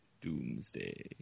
doomsday